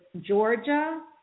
Georgia